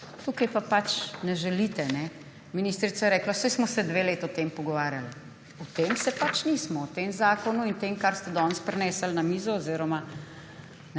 Tukaj pa pač ne želite. Ministrica je rekla, saj smo dve leti o tem pogovarjali. O tem se pač nismo. O tem zakonu in o tem, kar ste danes prinesli na mizo oziroma